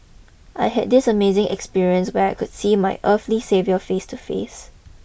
I had this amazing experience where I could see my earthly saviour face to face